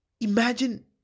imagine